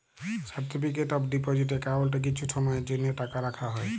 certificate of deposit একাউল্টে কিছু সময়ের জ্যনহে টাকা রাখা হ্যয়